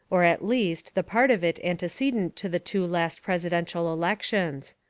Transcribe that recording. or, at least, the part of it antecedent to the two last presidential elections.